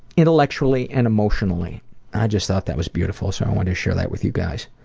intellectually and emotionally. and i just thought that was beautiful, so i wanted to share that with you guys.